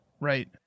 Right